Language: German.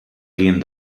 gehen